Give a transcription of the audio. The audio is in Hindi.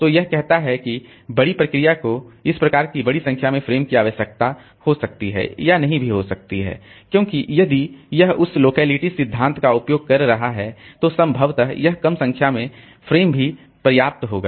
तो यह कहता है कि बड़ी प्रोसेस को इस प्रकार की बड़ी संख्या में फ़्रेम की आवश्यकता हो सकती है या नहीं भी हो सकती है क्योंकि यदि यह उस लोकेलिटी सिद्धांत का उपयोग कर रहा है तो संभवतः यह कम संख्या में फ्रेम भी पर्याप्त होगा